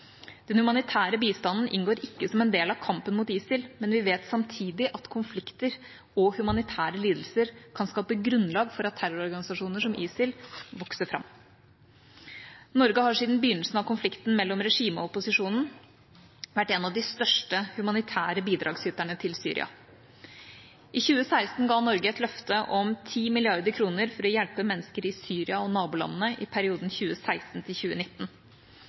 Den humanitære bistanden inngår ikke som en del av kampen mot ISIL, men vi vet samtidig at konflikter og humanitære lidelser kan skape grunnlag for at terrororganisasjoner som ISIL vokser fram. Norge har siden begynnelsen av konflikten mellom regimet og opposisjonen vært en av de største humanitære bidragsyterne til Syria. I 2016 ga Norge et løfte om 10 mrd. kr for å hjelpe mennesker i Syria og nabolandene i perioden 2016–2019. Ved utgangen av dette året vil vi ha gitt til